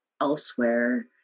elsewhere